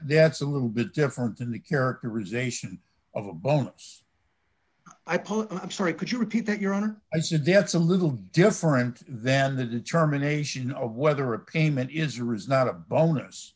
that's a little bit different than the characterization of a bonus i pod i'm sorry could you repeat that your honor i said that's a little different than the determination of whether a payment is or is not a bonus